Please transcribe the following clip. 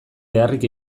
beharrik